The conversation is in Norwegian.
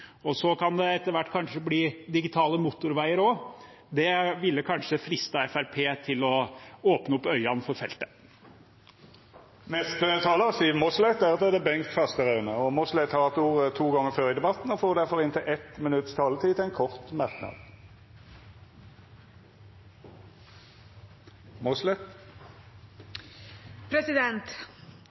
kan det kanskje bli digitale motorveier også. Det ville kanskje fristet Fremskrittspartiet til å åpne opp øynene for feltet. Representanten Siv Mossleth har hatt ordet to gonger tidlegare i debatten og får ordet til ein kort merknad, avgrensa til